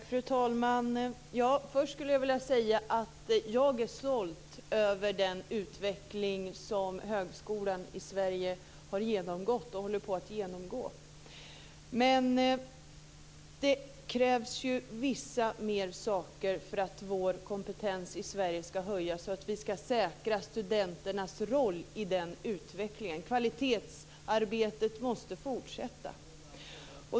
Fru talman! Först skulle jag vilja säga att jag är stolt över den utveckling som högskolan i Sverige har genomgått och håller på att genomgå. Men det krävs ju vissa andra saker för att vår kompetens i Sverige skall höjas och för att vi skall säkra studenternas roll i den utvecklingen. Kvalitetsarbetet måste fortsätta.